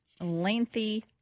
lengthy